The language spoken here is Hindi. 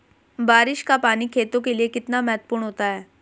बारिश का पानी खेतों के लिये कितना महत्वपूर्ण होता है?